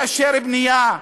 לאשר בנייה,